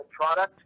product